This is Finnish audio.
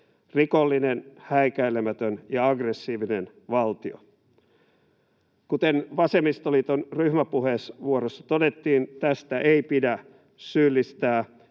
rikollinen, häikäilemätön ja aggressiivinen valtio. Kuten vasemmistoliiton ryhmäpuheenvuorossa todettiin, tästä ei pidä syyllistää